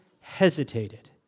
hesitated